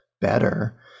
better